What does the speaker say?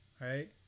right